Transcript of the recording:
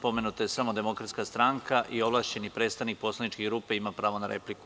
Pomenuta je samo Demokratska stranka i ovlašćeni predstavnik poslaničke grupe ima pravo na repliku.